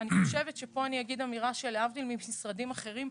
פה אני אגיד אמירה שלהבדיל ממשרדים אחרים,